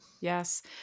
Yes